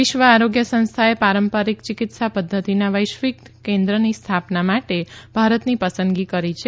વિશ્વ આરોગ્ય સંસ્થાએ પારંપારીક ચિકિત્સા પધ્ધતિનાં વૈશ્વિક કેન્દ્રની સ્થાપનાં માટે ભારતની પસંદગી કરી છે